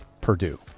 Purdue